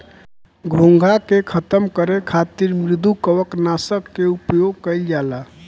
घोंघा के खतम करे खातिर मृदुकवच नाशक के उपयोग कइल जाला